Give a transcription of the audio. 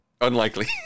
Unlikely